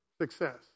success